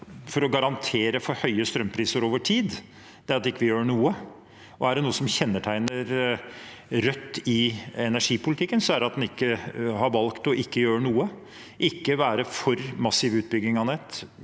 for å garantere for høye strømpriser over tid, er at vi ikke gjør noe. Er det noe som kjennetegner Rødt i energipolitikken, er det at en har valgt ikke å gjøre noe, ikke være for massiv utbygging av nett.